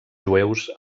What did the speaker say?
jueus